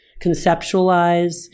conceptualize